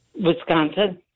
Wisconsin